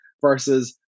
versus